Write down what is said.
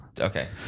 okay